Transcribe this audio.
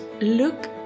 look